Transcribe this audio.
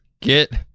Get